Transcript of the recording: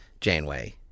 Janeway